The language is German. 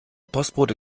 postbote